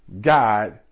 God